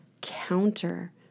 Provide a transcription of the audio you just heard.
counter